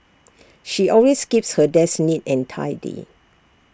she always keeps her desk neat and tidy